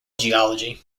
geology